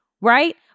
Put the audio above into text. Right